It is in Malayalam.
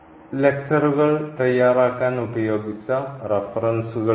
ലക്ച്ചറുകൾ തയ്യാറാക്കാൻ ഉപയോഗിച്ച റഫറൻസുകൾ ഇവയാണ്